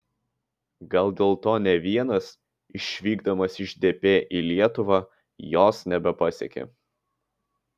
gal dėl to ne vienas išvykdamas iš dp į lietuvą jos nebepasiekė